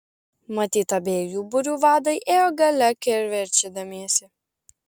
matyt abiejų būrių vadai ėjo gale kivirčydamiesi